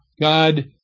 God